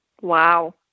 Wow